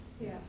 Yes